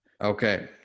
okay